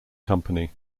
company